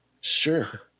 sure